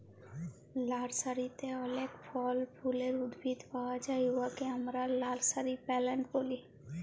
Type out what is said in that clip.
লার্সারিতে অলেক ফল ফুলের উদ্ভিদ পাউয়া যায় উয়াকে আমরা লার্সারি প্লান্ট ব্যলি